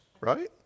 right